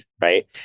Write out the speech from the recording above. right